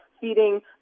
feeding